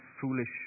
foolish